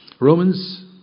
Romans